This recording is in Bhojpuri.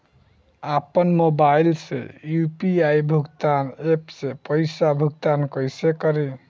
आपन मोबाइल से यू.पी.आई भुगतान ऐपसे पईसा भुगतान कइसे करि?